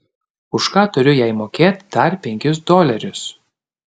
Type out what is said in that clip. už ką turiu jai mokėt dar penkis dolerius